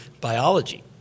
biology